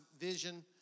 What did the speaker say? vision